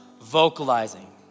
vocalizing